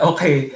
Okay